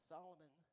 Solomon